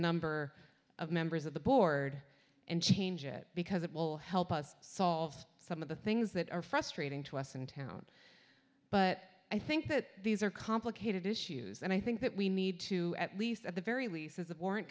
number of members of the board and change it because it will help us solve some of the things that are frustrating to us in town but i think that these are complicated issues and i think that we need to at least at the very least